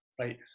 right